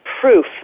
proof